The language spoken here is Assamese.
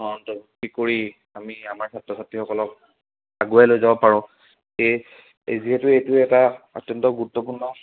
অঁ ত কি কৰি আমি আমাৰ ছাত্ৰ ছাত্ৰীসকলক আগুৱাই লৈ যাব পাৰোঁ এই এই যিহেতু এইটো এটা অত্যন্ত গুৰুত্বপূৰ্ণ